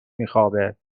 میخوابه